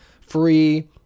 free